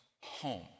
home